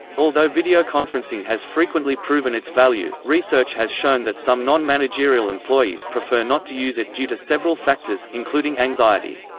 although videoconferencing has frequently proven its value, research has shown that some non-managerial employees prefer not to use it due to several factors, including anxiety.